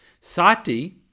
Sati